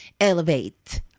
elevate